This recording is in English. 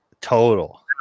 total